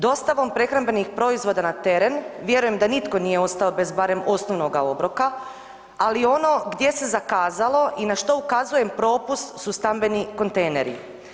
Dostavom prehrambenih proizvoda na teret vjerujem da nitko nije ostao barem bez osnovnoga obroka, ali ono gdje se zakazalo i na što ukazujem propust su stambeni kontejneri.